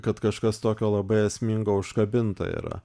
kad kažkas tokio labai esmingo užkabinta yra